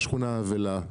בשכונה האבלה,